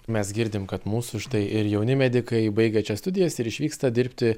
mes girdim kad mūsų štai ir jauni medikai baigia čia studijas ir išvyksta dirbti